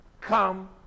Come